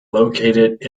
located